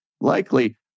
likely